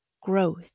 growth